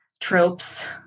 tropes